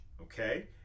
okay